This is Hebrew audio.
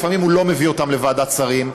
לפעמים הוא לא מביא אותן לוועדת שרים.